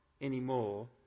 anymore